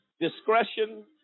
Discretion